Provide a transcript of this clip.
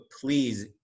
please